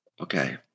Okay